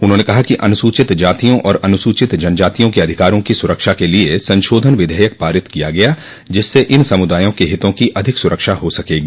उन्होंने कहा कि अनुसूचित जातियों और अनुसूचित जनजातियों के अधिकारों की सुरक्षा के लिए संशोधन विधेयक पारित किया गया जिससे इन समुदायों के हितों की अधिक सुरक्षा हो सकेगी